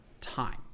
time